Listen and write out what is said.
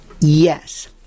Yes